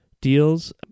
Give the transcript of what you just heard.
deals